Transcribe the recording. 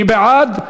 מי בעד?